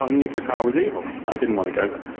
um nuclear power was evil. i didn't want to go there.